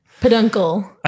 peduncle